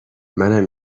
منم